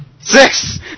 six